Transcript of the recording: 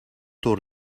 door